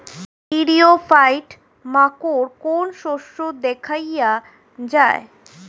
ইরিও ফাইট মাকোর কোন শস্য দেখাইয়া যায়?